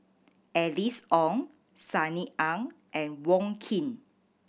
Alice Ong Sunny Ang and Wong Keen